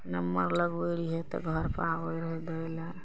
number लगबै रहियै तऽ घर पर आबै रहै दै लए